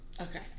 Okay